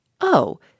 Oh